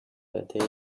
better